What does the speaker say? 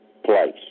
place